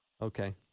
Okay